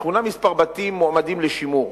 בשכונה כמה בתים מועמדים לשימור.